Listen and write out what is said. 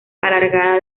alargada